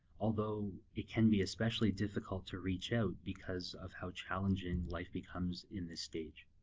although, it can be especially difficult to reach out because of how challenging life becomes in this stage.